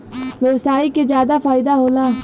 व्यवसायी के जादा फईदा होला